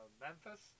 Memphis